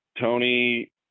Tony